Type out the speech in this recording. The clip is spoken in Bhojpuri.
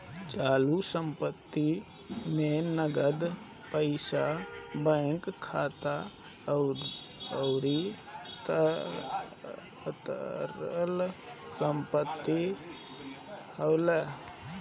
चालू संपत्ति में नगद पईसा बैंक खाता अउरी तरल संपत्ति आवेला